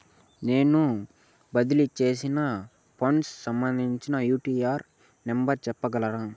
నేను బదిలీ సేసిన ఫండ్స్ సంబంధించిన యూ.టీ.ఆర్ నెంబర్ సెప్పగలరా